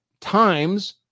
times